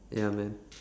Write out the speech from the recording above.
ya man